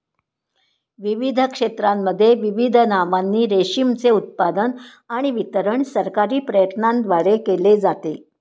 विविध क्षेत्रांमध्ये विविध नावांनी रेशीमचे उत्पादन आणि वितरण सरकारी प्रयत्नांद्वारे केले जाते